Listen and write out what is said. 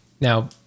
Now